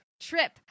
trip